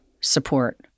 support